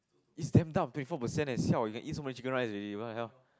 it's damn dumb twenty four percent leh siao you can eat so many chicken rice already what the hell